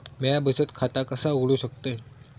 म्या बचत खाता कसा उघडू शकतय?